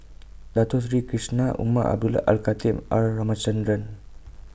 Dato Sri Krishna Umar Abdullah Al Khatib and R Ramachandran